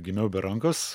gimiau be rankos